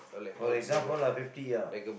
for example lah fifty ah